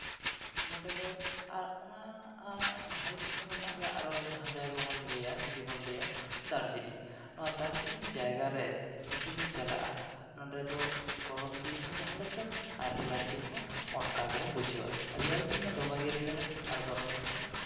ᱱᱚᱸᱰᱮ ᱫᱚ ᱚᱱᱟ ᱟᱨ ᱵᱷᱟᱨᱚᱛ ᱫᱤᱥᱚᱢ ᱨᱮᱱᱟᱜ ᱜᱮ ᱟᱨᱚ ᱡᱟᱦᱟᱸ ᱡᱟᱭᱜᱟ ᱵᱚᱱ ᱞᱟᱹᱭᱟ ᱡᱩᱫᱤ ᱵᱚᱱ ᱞᱟᱹᱭᱟ ᱫᱟᱨᱡᱤᱞᱤᱝ ᱱᱚᱣᱟ ᱫᱟᱨᱡᱤᱞᱤᱝ ᱡᱟᱭᱜᱟ ᱨᱮ ᱡᱩᱫᱤ ᱵᱚᱱ ᱪᱟᱞᱟᱜᱼᱟ ᱱᱚᱸᱰᱮ ᱫᱚ ᱜᱚᱨᱚᱢ ᱫᱤᱱ ᱦᱚᱸ ᱡᱟᱦᱟᱸ ᱞᱮᱠᱟ ᱟᱨ ᱨᱮᱭᱟᱲ ᱫᱤᱱ ᱦᱚᱸ ᱚᱱᱠᱟ ᱜᱮᱵᱚᱱ ᱵᱩᱡᱷᱟᱹᱣᱟ ᱨᱮᱭᱟᱲ ᱫᱤᱱ ᱢᱟ ᱫᱚᱢᱮᱜᱮ ᱨᱮᱭᱲᱟ ᱟᱨ ᱜᱚᱨᱚᱢ ᱫᱤᱱ ᱦᱚᱸ